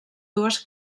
dues